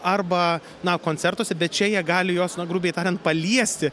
arba na koncertuose bet čia jie gali juos na grubiai tariant paliesti